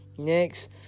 Next